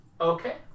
Okay